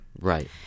Right